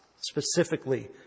specifically